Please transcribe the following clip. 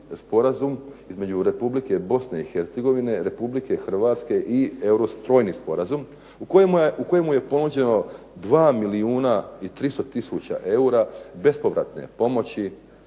između Republike Bosne i Hercegovine i Republike Hrvatske trojni sporazum u kojemu je ponuđeno 2 milijuna i 300 tisuća eura bespovratne pomoći